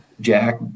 Jack